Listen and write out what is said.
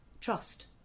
Trust